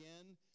Again